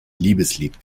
liebeslied